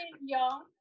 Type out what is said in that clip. Young